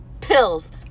pills